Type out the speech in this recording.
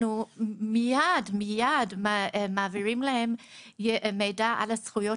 אנחנו מעבירים להם מיד מידע על הזכויות